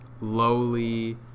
lowly